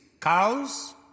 cows